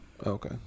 Okay